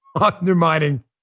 Undermining